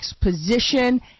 position